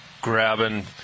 grabbing